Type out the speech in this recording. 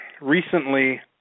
recently